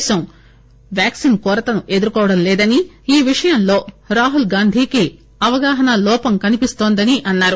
దేశం వ్యాక్సిన్ కొరతను ఎదుర్కోవడం లేదని ఈ విషయంలో రాహుల్ గాంధీకి అవగాహనా లోపం కనబడుతోందని అన్నారు